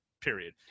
Period